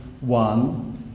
one